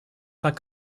like